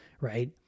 right